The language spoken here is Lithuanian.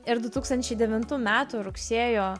ir du tūkstančiai devintų metų rugsėjo